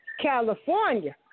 California